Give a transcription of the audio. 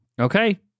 okay